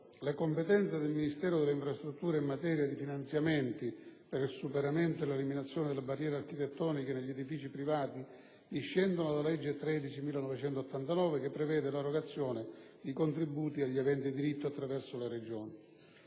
le competenze del Ministero delle infrastrutture in materia di finanziamenti per il superamento o l'eliminazione delle barriere architettoniche negli edifici privati discendono dalla legge 9 gennaio 1989, n. 13, che prevede la rotazione di contributi agli aventi diritto attraverso la Regione.